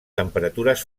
temperatures